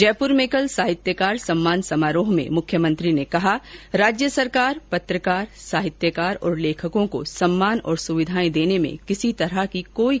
जयपुर में कल साहित्यकार सम्मान समारोह में मुख्यमंत्री ने कहा कि राज्य सरकार पत्रकार साहित्कार और लेखकों को सम्मान और सुविधाए देने में किसी तरह की कमी नहीं रखेगी